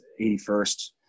81st